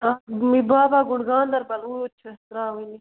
ٲں یہِ بابا گُنٛڈ گاندَربَل اوٗرۍ چھِ اسہِ ترٛاوٕنۍ یہِ